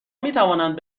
میتوانند